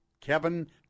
Kevin